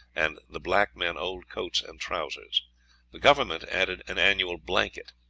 and the black men old coats and trousers the government added an annual blanket,